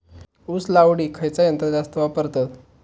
ऊस लावडीक खयचा यंत्र जास्त वापरतत?